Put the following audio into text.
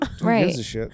Right